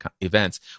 events